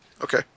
Okay